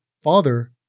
father